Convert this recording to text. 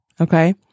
Okay